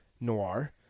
Noir